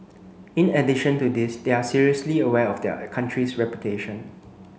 in addition to this they are seriously aware of their country's reputation